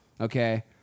okay